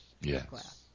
Yes